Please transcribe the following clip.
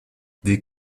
des